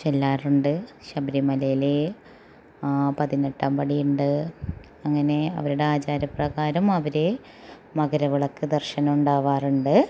ചെല്ലാറുണ്ട് ശബരിമലയിലെ ആ പതിനെട്ടാം പടിയുണ്ട് അങ്ങനെ അവരുടെ ആചാര പ്രകാരം അവരെ മകര വിളക്ക് ദർശനം ഉണ്ടാവാറുണ്ട്